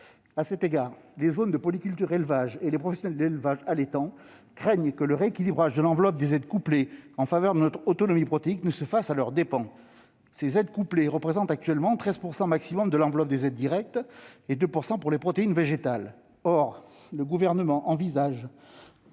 À cet égard, les zones de polyculture-élevage et les professionnels de l'élevage allaitant craignent que le rééquilibrage de l'enveloppe des aides couplées en faveur de notre autonomie protéique ne se fasse à leurs dépens. Ces aides représentent actuellement 13 % au maximum de l'enveloppe des aides directes, et 2 % pour ce qui est des protéines végétales. Or le Gouvernement envisage